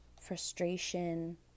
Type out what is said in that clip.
frustration